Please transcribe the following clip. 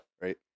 right